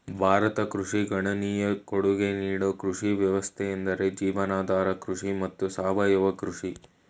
ಭಾರತ ಕೃಷಿಗೆ ಗಣನೀಯ ಕೊಡ್ಗೆ ನೀಡೋ ಕೃಷಿ ವ್ಯವಸ್ಥೆಯೆಂದ್ರೆ ಜೀವನಾಧಾರ ಕೃಷಿ ಮತ್ತು ಸಾವಯವ ಕೃಷಿ